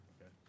Okay